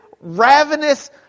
ravenous